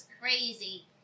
crazy